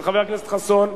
של חבר הכנסת חסון,